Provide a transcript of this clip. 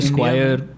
Squire